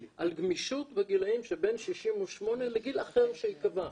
על גמישות בגילאים שבין 68 לגיל אחר שייקבע.